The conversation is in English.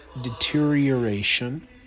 deterioration